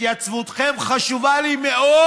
התייצבותכם חשובה לי מאוד,